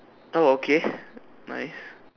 oh okay nice